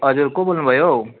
हजुर को बोल्नु भयो हौ